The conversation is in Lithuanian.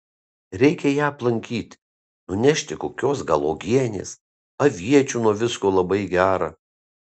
reikia ją aplankyti nunešti kokios gal uogienės aviečių nuo visko labai gera